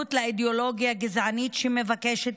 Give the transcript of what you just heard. התנגדות לאידיאולוגיה גזענית שמבקשת